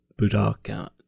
Budokan